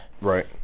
right